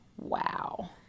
Wow